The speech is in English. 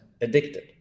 addicted